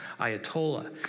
Ayatollah